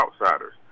outsiders